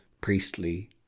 priestly